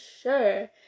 sure